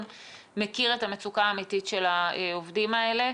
מכיר את המצוקה האמיתית של העובדים האלה.